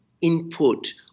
input